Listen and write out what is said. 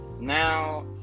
now